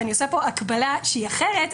אני עושה פה הקבלה שהיא אחרת,